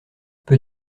peux